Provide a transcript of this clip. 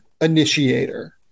initiator